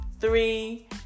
three